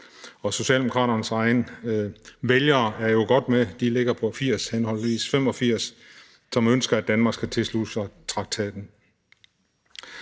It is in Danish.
og Socialdemokraternes og SF's egne vælgere er jo godt med. Der ligger tallet på henholdsvis 80 og 85 pct., som ønsker, at Danmark skal tilslutte sig traktaten.